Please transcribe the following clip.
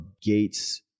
gates